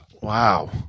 Wow